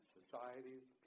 societies